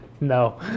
No